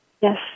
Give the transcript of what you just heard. Yes